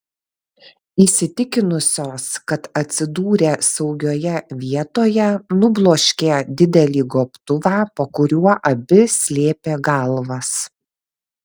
įsitikinusios kad atsidūrė saugioje vietoje nubloškė didelį gobtuvą po kuriuo abi slėpė galvas